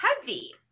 heavy